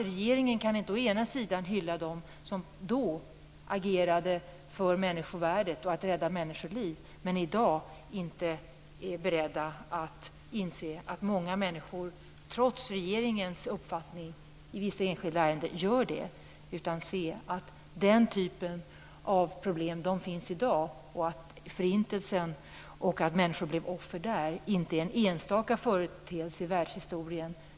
Regeringen kan inte å ena sidan hylla dem som då agerade för människovärdet och för att rädda människoliv när den å andra sidan i dag inte vill inse att många människor, trots regeringens uppfattning i vissa enskilda ärenden, gör det. Den typen av problem finns i dag. Förintelsen med dess offer är inte en enstaka företeelse i världshistorien.